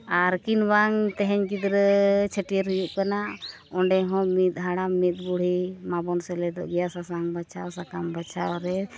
ᱟᱨ ᱠᱤᱢᱵᱟ ᱛᱮᱦᱤᱧ ᱜᱤᱫᱽᱨᱟᱹ ᱪᱷᱟᱹᱴᱭᱟᱹᱨ ᱦᱩᱭᱩᱜ ᱠᱟᱱᱟ ᱚᱸᱰᱮ ᱦᱚᱸ ᱢᱤᱫ ᱦᱟᱲᱟᱢ ᱢᱤᱫ ᱵᱩᱲᱦᱤ ᱢᱟᱵᱚᱱ ᱥᱮᱞᱮᱫᱚᱜ ᱜᱮᱭᱟ ᱥᱟᱥᱟᱝ ᱵᱟᱪᱷᱟᱣ ᱥᱟᱠᱟᱢ ᱵᱟᱪᱷᱟᱣ ᱨᱮ